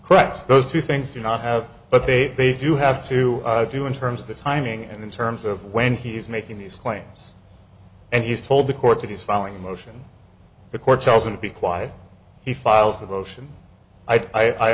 correct those two things do not have but they do have to do in terms of the timing and in terms of when he's making these claims and he's told the court that he's following the motion the court tells and be quiet he files the motion i